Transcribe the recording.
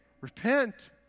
Repent